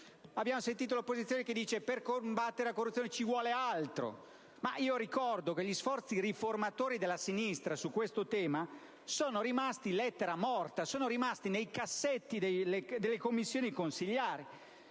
Abbiamo sentito l'opposizione dire che per combattere la corruzione ci vuole altro. Ricordo però che gli sforzi riformatori della sinistra su questo tema sono rimasti lettera morta, sono rimasti nei cassetti delle Commissioni.